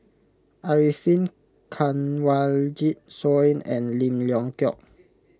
Arifin Kanwaljit Soin and Lim Leong Geok